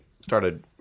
started